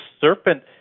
serpent